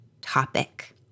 topic